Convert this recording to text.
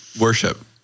worship